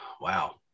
wow